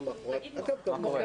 מיד נתחיל לדון